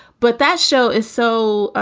but that show is so